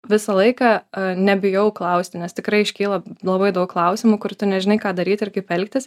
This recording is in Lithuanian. visą laiką a nebijau klausti nes tikrai iškyla labai daug klausimų kur tu nežinai ką daryti ir kaip elgtis